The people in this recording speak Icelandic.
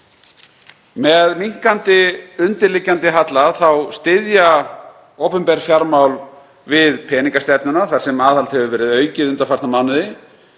Með minnkandi undirliggjandi halla styðja opinber fjármál við peningastefnuna þar sem aðhald hefur verið aukið undanfarna mánuði.